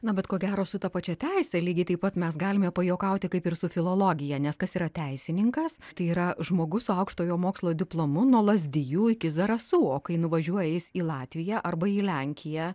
na bet ko gero su ta pačia teise lygiai taip pat mes galime pajuokauti kaip ir su filologija nes kas yra teisininkas tai yra žmogus su aukštojo mokslo diplomu nuo lazdijų iki zarasų o kai nuvažiuoja jis į latviją arba į lenkiją